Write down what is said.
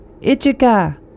Ichika